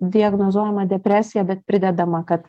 diagnozuojama depresija bet pridedama kad